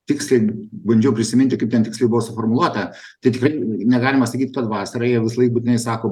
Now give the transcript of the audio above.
tiksliai bandžiau prisiminti kaip ten tiksliai buvo suformuluota tai tikrai negalima sakyt kad vasara jie visąlaik būtinai sako